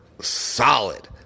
solid